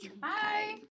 Bye